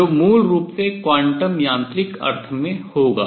जो मूल रूप से क्वांटम यांत्रिक अर्थ में होगा